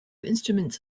instruments